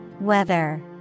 Weather